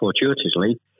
fortuitously